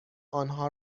آنها